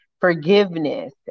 forgiveness